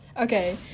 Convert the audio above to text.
Okay